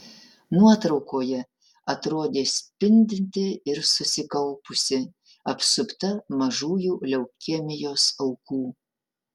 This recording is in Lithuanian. nuotraukoje atrodė spindinti ir susikaupusi apsupta mažųjų leukemijos aukų